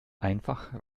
einfach